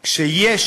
כשיש